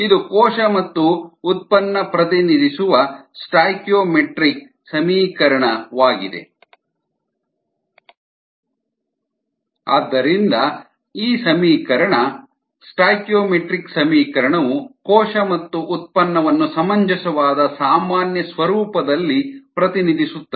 ಇದು ಕೋಶ ಮತ್ತು ಉತ್ಪನ್ನ ಪ್ರತಿನಿಧಿಸುವ ಸ್ಟಾಯ್ಕಿಯೋಮೆಟ್ರಿಕ್ ಸಮೀಕರಣವಾಗಿದೆ CHmOl aNH3 bO2 yx CHpOnNq yp CHrOsNt cH2O dCO2 ಆದ್ದರಿಂದ ಈ ಸಮೀಕರಣ ಸ್ಟಾಯ್ಕಿಯೋಮೆಟ್ರಿಕ್ ಸಮೀಕರಣವು ಕೋಶ ಮತ್ತು ಉತ್ಪನ್ನವನ್ನು ಸಮಂಜಸವಾದ ಸಾಮಾನ್ಯ ಸ್ವರೂಪದಲ್ಲಿ ಪ್ರತಿನಿಧಿಸುತ್ತದೆ